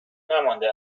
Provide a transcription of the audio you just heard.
نمانده